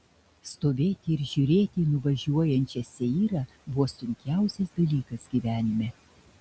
stovėti ir žiūrėti į nuvažiuojančią seirą buvo sunkiausias dalykas gyvenime